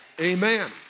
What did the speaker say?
Amen